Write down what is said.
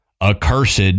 accursed